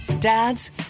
Dads